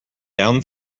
down